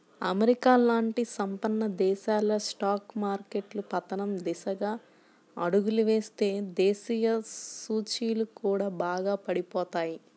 America లాంటి సంపన్న దేశాల స్టాక్ మార్కెట్లు పతనం దిశగా అడుగులు వేస్తే దేశీయ సూచీలు కూడా బాగా పడిపోతాయి